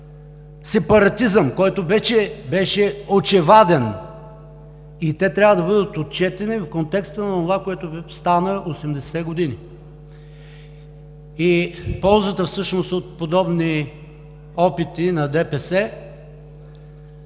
сепаратизъм, който вече беше очеваден, и те трябва да бъдат отчетени в контекста на онова, което стана през 80-те години. Ползата от подобни опити на ДПС